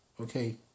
Okay